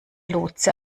lotse